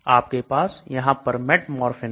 आपके पास यहां पर metformin है